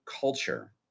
culture